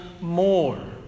more